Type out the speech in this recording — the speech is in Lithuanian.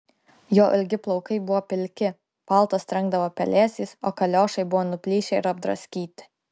jo ilgi plaukai buvo pilki paltas trenkdavo pelėsiais o kaliošai buvo nuplyšę ir apdraskyti